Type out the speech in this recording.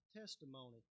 testimony